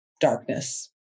darkness